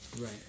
right